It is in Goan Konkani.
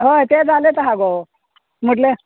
हय तें जालेंच आहा गो म्हटल्यार